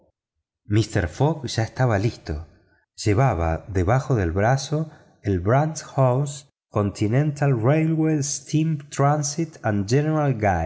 míster fogg ya estaba listo llevaba debajo del brazo el brandshaw's continental railway steam transit